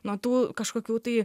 nuo tų kažkokių tai